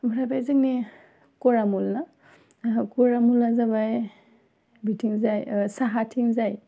आमफ्राय बे जोंनि गरामल ना गरा मला जाबाय बिथिंजाय साहाथिंजाय